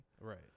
Right